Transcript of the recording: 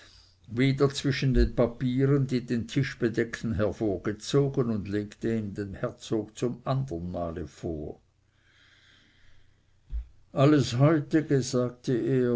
wieder zwischen den papieren die den tisch bedeckten hervorgezogen und legte ihn dem herzog zum andern male vor alles heutige sagte er